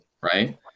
Right